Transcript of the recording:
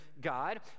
God